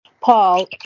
Paul